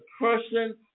person